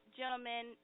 gentlemen